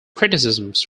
criticisms